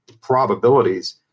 probabilities